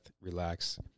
relax